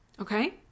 okay